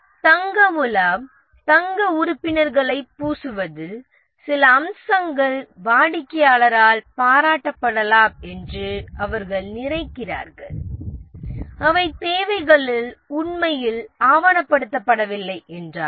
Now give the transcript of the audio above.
தங்க முலாம் தங்க உறுப்பினர்களைப் பூசுவதில் சில அம்சங்கள் வாடிக்கையாளரால் பாராட்டப்படலாம் என்று அவர்கள் நினைக்கிறார்கள் அவை தேவைகளில் உண்மையில் ஆவணப்படுத்தப்படவில்லை என்றாலும்